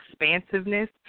expansiveness